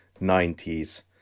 90s